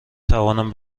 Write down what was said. توانم